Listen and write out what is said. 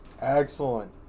Excellent